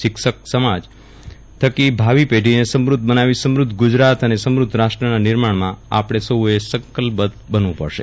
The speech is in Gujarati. શિક્ષણ સમાજ થકી ભાવિ પેઢીને સમૃધ્ધ બનાવી સમૃધ્ધ ગુજરાત અને સમૃદ્ધ રાષ્ટ્રના નિર્માણમાં આપણે સૌએ સંકલ્પબદ્ધ બનવું પડશે